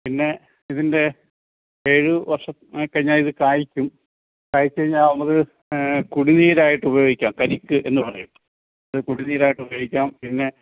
പിന്നെ ഇതിന്റെ ഏഴ് വർഷം ആ കഴിഞ്ഞാൽ ഇത് കായ്ക്കും കായ്ച്ചുകഴിഞ്ഞാൽ നമുക്ക് കൂടിനീരായിട്ട് ഉപയോഗിക്കാം കരിക്ക് എന്ന് പറയും ഇത് കുടിനീരായിട്ട് ഉപയോഗിക്കാം പിന്നെ